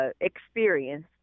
experience